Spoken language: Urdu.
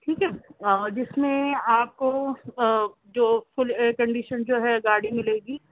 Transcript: ٹھیک ہے جس میں آپ کو جو فل ایئر کنڈیشن جو ہے گاڑی ملے گی